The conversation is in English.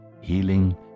healing